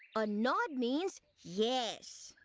a nod means yes.